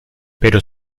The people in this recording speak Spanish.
pero